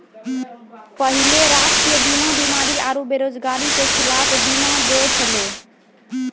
पहिले राष्ट्रीय बीमा बीमारी आरु बेरोजगारी के खिलाफ बीमा दै छलै